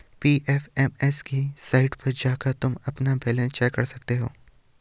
PFMS की site पर जाकर तुम अपना बैलन्स चेक कर सकते हो